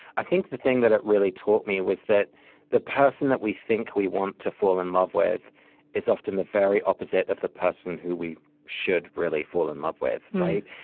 i think the thing that it really taught me was that the person that we think we want to fall in love with is often the very opposite of the person who we should really fall in love with.